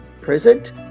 present